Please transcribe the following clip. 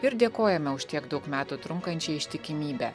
ir dėkojame už tiek daug metų trunkančią ištikimybę